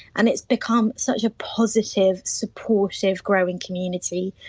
and it's become such a positive, supportive growing community.